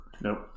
Nope